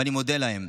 ואני מודה להם.